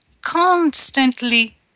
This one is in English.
constantly